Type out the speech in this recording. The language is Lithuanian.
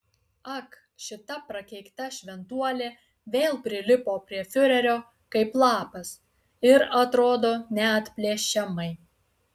ak šita prakeikta šventuolė vėl prilipo prie fiurerio kaip lapas ir atrodo neatplėšiamai